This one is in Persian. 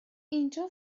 اینجا